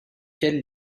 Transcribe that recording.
quelle